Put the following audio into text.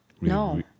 No